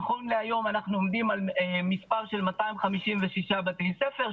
נכון להיום אנחנו יודעים על מספר של 256 בתי ספר,